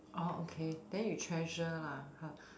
orh okay then you treasure lah